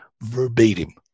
verbatim